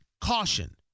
caution